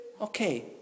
okay